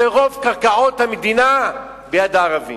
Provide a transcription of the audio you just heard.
שרוב קרקעות המדינה ביד הערבים.